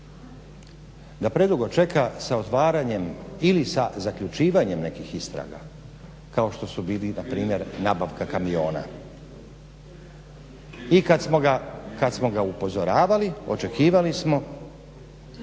Da predugo čeka sa otvaranjem ili sa zaključivanjem nekih istraga kao što su bili npr. nabavka kamiona. I kada smo ga upozoravali očekivali smo